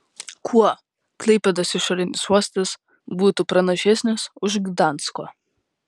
kuo klaipėdos išorinis uostas būtų pranašesnis už gdansko